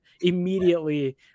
immediately